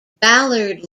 ballard